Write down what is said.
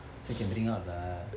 so can bring out lah